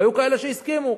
היו כאלה שהסכימו